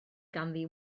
ganddi